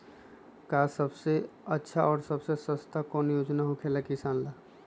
आ सबसे अच्छा और सबसे सस्ता कौन योजना होखेला किसान ला?